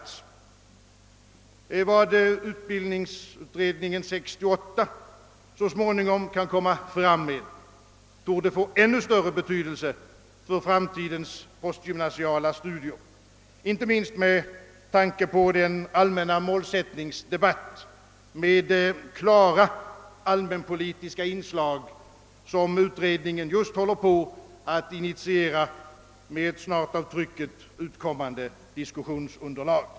Vad 1968 års utbildningsutredning så småningom kan komma fram med torde få ännu större betydelse för framtidens postgymnasiala studier, inte minst med tanke på den allmänna målsättningsdebatt med klara allmänpolitiska inslag som utredningen just håller på att initiera med ett snart av trycket utkommande diskussionsunderlag.